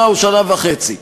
שנה או שנה וחצי,